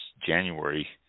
January